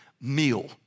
meal